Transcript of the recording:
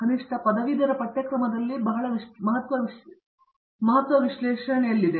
ಕನಿಷ್ಠ ಪದವೀಧರ ಪಠ್ಯಕ್ರಮದಲ್ಲಿ ಮಹತ್ವ ವಿಶ್ಲೇಷಣೆಯಲ್ಲಿದೆ